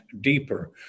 deeper